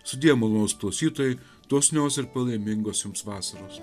sudie malonūs klausytojai dosnios ir palaimingos jums vasaros